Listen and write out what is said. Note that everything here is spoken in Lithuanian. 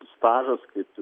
stažas kaip